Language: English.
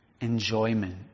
enjoyment